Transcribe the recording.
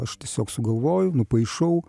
aš tiesiog sugalvoju nupaišau